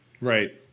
Right